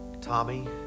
Tommy